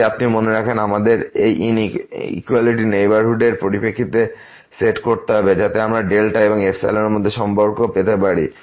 যদি আপনি মনে রাখেন আমাদের এই ইনএকুলিটি কে নেইবারহুড এর পরিপ্রেক্ষিতে সেট করতে হবে যাতে আমরা এবং এর সাথে সম্পর্ক পেতে পারি